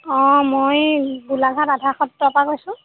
অঁ মই গোলাঘাট আধাৰ সত্ৰৰপৰা কৈছোঁ